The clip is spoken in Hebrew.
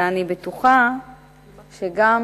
ואני בטוחה שגם